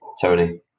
Tony